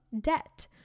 debt